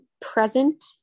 Present